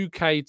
UK